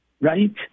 Right